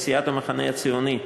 מסיעת המחנה הציוני,